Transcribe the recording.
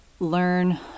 learn